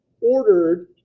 ordered